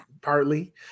Partly